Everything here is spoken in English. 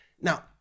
Now